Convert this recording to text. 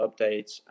updates